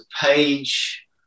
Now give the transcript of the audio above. page